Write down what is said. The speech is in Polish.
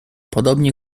podobnie